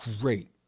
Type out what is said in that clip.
great